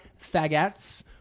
faggots